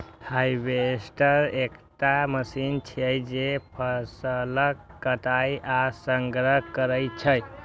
harvester एकटा machine छियै, जे फसलक कटाइ आ संग्रहण करै छै